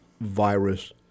virus